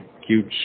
huge